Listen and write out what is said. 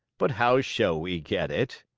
but how shall we get it?